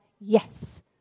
yes